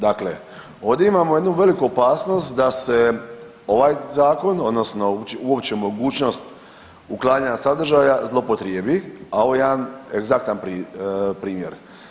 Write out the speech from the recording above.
Dakle, ovdje imamo jednu veliku opasnost da se ovaj zakon odnosno uopće mogućnost uklanjanja sadržaja zloupotrijebi, a ovo je jedan egzaktan primjer.